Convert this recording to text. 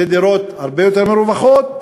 אלה דירות הרבה יותר מרווחות,